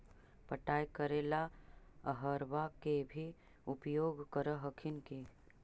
पटाय करे ला अहर्बा के भी उपयोग कर हखिन की?